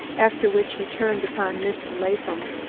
after which he turned upon mr. latham.